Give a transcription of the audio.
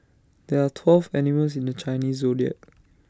there are twelve animals in the Chinese Zodiac